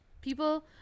People